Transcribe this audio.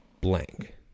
blank